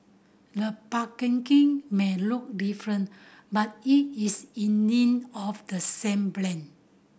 the packaging may look different but it is indeed of the same brand